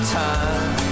time